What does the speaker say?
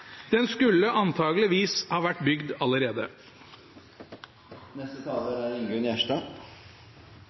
Den skulle antakeligvis ha vært bygd allerede. Stortinget er